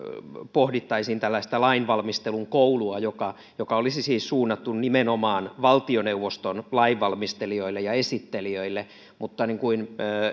pohdittaisiin tällaista lainvalmistelun koulua joka joka olisi siis suunnattu nimenomaan valtioneuvoston lainvalmistelijoille ja esittelijöille mutta niin kuin